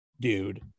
Dude